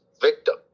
victim